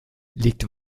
liegt